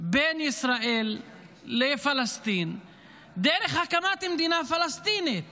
בין ישראל לפלסטין דרך הקמת מדינה פלסטינית